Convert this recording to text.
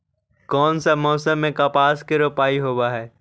कोन सा मोसम मे कपास के रोपाई होबहय?